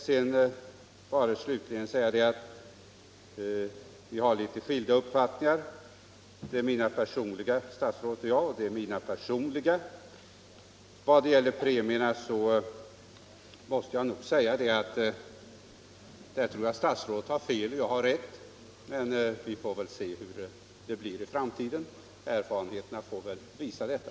Statsrådet och jag har litet skilda uppfattningar i vad gäller värdet av utbetalningspremier, där jag tror att statsrådet har fel och jag har rätt. Men vi får se hur det blir i framtiden — erfarenheterna får visa detta.